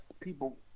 people